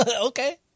okay